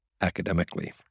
academically